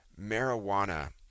marijuana